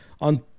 on